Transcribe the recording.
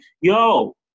yo